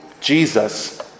Jesus